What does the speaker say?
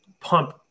pump